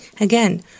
Again